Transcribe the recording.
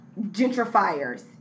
gentrifiers